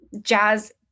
jazz